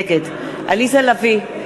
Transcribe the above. נגד עליזה לביא,